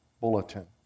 bulletin